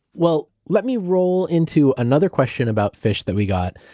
well, let me roll into another question about fish that we got.